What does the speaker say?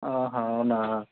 అవునా